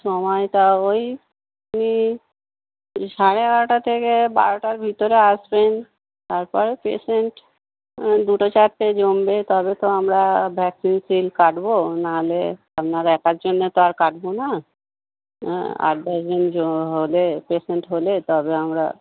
সময়টা ওই ওই ওই সাড়ে এগারোটা থেকে বারোটার ভিতরে আসবেন তার পরে পেশেন্ট দুটো চারটে জমবে তবে তো আমরা ভ্যাকসিন সিল কাটব না হলে আপনার একার জন্যে তো আর কাটব না হ্যাঁ আট দশ জন জ হলে পেশেন্ট হলে তবে আমরা